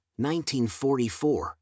1944